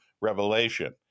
revelation—